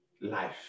life